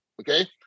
okay